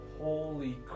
holy